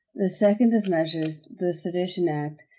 the second of the measures, the sedition act,